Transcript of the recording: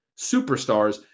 superstars